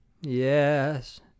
Yes